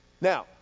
Now